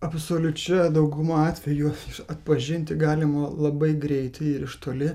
absoliučia dauguma atvejų atpažinti galima labai greitai ir iš toli